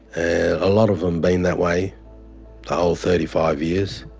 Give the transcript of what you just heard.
a lot of them been that way the whole thirty five years.